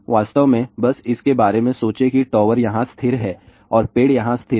वास्तव में बस इसके बारे में सोचें कि टॉवर यहां स्थिर है और पेड़ यहां स्थिर है